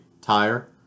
tire